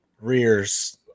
rears